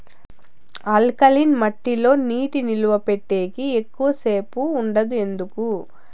alkaline మట్టి లో నీటి నిలువ పెట్టేకి ఎక్కువగా సేపు ఉండదు ఎందుకు